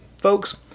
folks